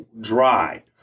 dry